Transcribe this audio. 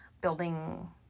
building